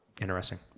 Interesting